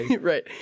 right